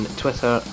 twitter